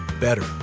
better